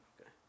Okay